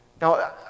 Now